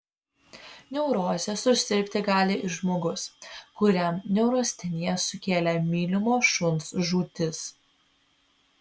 neuroze susirgti gali ir žmogus kuriam neurasteniją sukėlė mylimo šuns žūtis